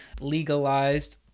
legalized